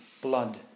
blood